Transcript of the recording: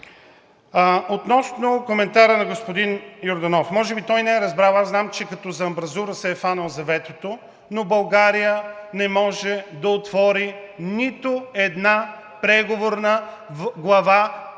Относно коментара на господин Йорданов. Може би той не е разбрал, аз знам, че като за амбразура се е хванал за ветото, но България не може да отвори нито една преговорна глава…